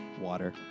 Water